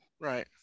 Right